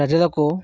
ప్రజలకు